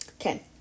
Okay